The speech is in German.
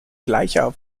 gleicher